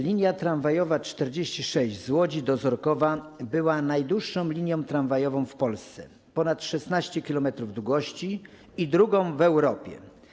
Linia tramwajowa 46 z Łodzi do Ozorkowa była najdłuższą linia tramwajową w Polsce - ponad 16 km długości - i drugą w Europie.